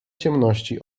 ciemności